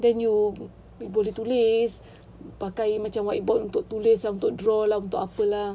then you you boleh tulis pakai macam whiteboard untuk tulis untuk draw lah untuk apa lah